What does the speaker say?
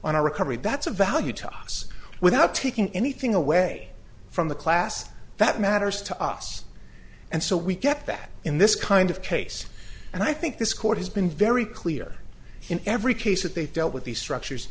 on a recovery that's of value to us without taking anything away from the class that matters to us and so we get that in this kind of case and i think this court has been very clear in every case that they've dealt with these structures